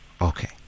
Okay